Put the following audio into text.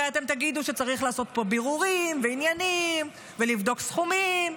הרי תגידו שצריך לעשות פה בירורים ועניינים ולבדוק סכומים.